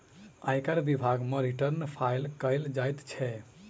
आयकर विभाग मे रिटर्न फाइल कयल जाइत छै